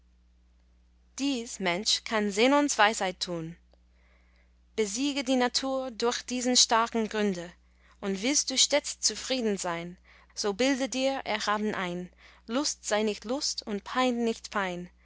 dies mensch kann zenons weisheit tun besiege die natur durch diese starken gründe und willst du stets zufrieden sein so bilde dir erhaben ein lust sei nicht lust und pein nicht pein